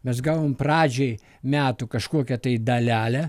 mes gavom pradžiai metų kažkokią tai dalelę